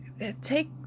take